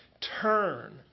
turn